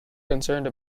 concerned